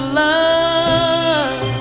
love